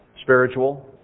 spiritual